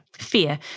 fear